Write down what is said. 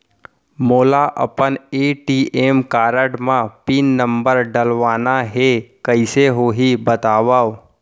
मोला अपन ATM card म पिन नंबर डलवाना हे कइसे होही बतावव?